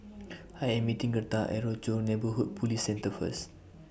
I Am meeting Gertha At Rochor Neighborhood Police Centre First